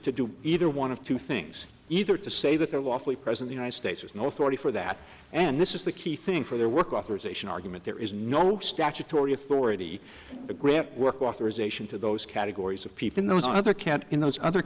to do either one of two things either to say that they're lawfully present the united states has no authority for that and this is the key thing for their work authorization argument there is no statutory authority to grant work authorization to those categories of people in those other can't in those other